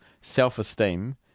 self-esteem